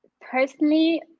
personally